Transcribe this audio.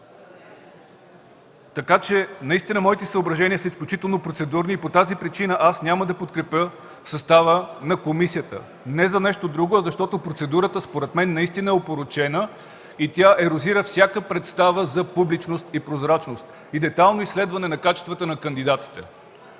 събрание. Моите съображения са изключително процедурни и по тази причина няма да подкрепя състава на комисията, не за нещо друго, а защото процедурата наистина е опорочена и ерозира всяка представа за публичност, прозрачност и детайлно изследване на качествата на кандидатите.